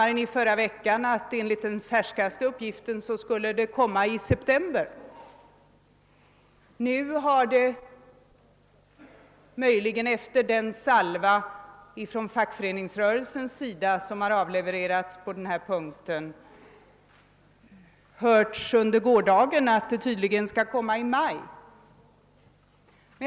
Jag sade i förra veckan i denna kammare att det enligt den färskaste uppgiften skulle komma i september. Under gårdagen framkom det — möjligen efter den salva som fackförbunden avlevererat — att det skall komma i maj.